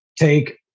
take